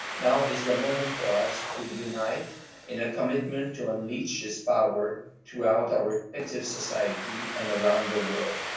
now is the moment for us to unite in a commitment to unleash this power throughout our respective society and around the world.